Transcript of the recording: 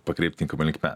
pakreipt tinkama linkme